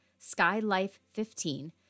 SkyLife15